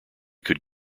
could